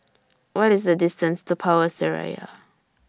What IS The distance to Power Seraya